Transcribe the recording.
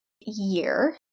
year